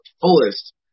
fullest